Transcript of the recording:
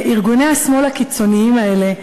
ארגוני השמאל הקיצוניים האלה,